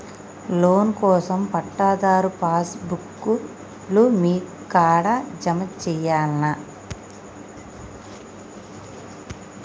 Loan కోసం పట్టాదారు passbook లు మీ కాడా జమ చేయల్నా?